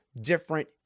different